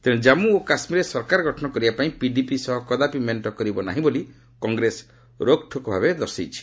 ତେଣେ ଜନ୍ମୁ ଓ କାଶ୍ମୀରରେ ସରକାର ଗଠନ କରିବାପାଇଁ ପିଡିପି ସହ କଦାପି ମେଣ୍ଟ କରିବ ନାହିଁ ବୋଲି କଂଗ୍ରେସ ରୋକ୍ଠୋକ୍ ଭାବେ ଜଣାଇଛି